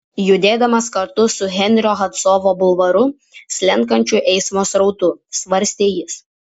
judėdamas kartu su henrio hadsono bulvaru slenkančiu eismo srautu svarstė jis